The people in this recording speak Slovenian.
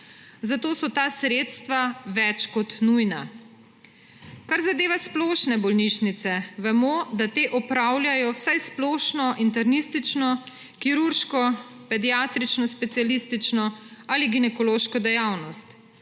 Zato so ta sredstva več kot nujna. Kar zadeva splošne bolnišnice, vemo, da te opravljajo vso splošno internistično, kirurško, pediatrično, specialistično ali ginekološko dejavnost.